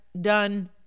done